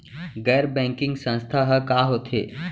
गैर बैंकिंग संस्था ह का होथे?